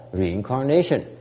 reincarnation